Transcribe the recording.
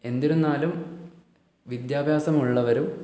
എന്തിരുന്നാലും വിദ്യാഭ്യാസമുള്ളവരും